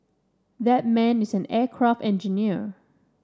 that man is an aircraft engineer